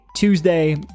Tuesday